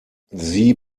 sie